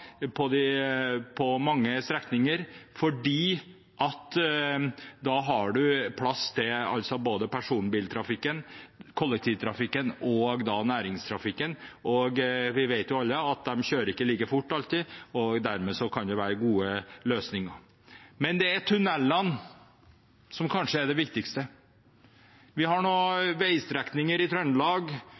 på mange strekninger, for da har man plass til både personbiltrafikken, kollektivtrafikken og næringstrafikken. Vi vet alle at de ikke alltid kjører like fort, og dermed kan det være gode løsninger. Men tunnelene er kanskje det viktigste. Vi har noen veistrekninger i Trøndelag,